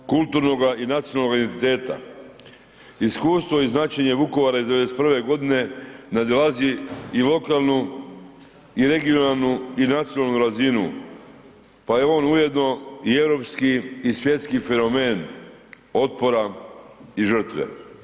Kulturnoga i nacionalnoga identiteta, iskustvo i značenje Vukovara iz 91. g. nadilazi i lokalnu i regionalnu i nacionalnu razinu pa je on ujedno i europski i svjetski fenomen otpora i žrtve.